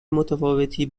متفاوتی